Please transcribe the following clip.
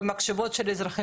במחשבות של אזרחות,